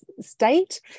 state